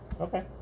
Okay